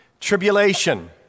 tribulation